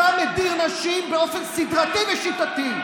אתה מדיר נשים באופן סדרתי ושיטתי.